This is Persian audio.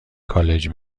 کالج